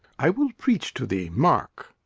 i will preach to thee. mark.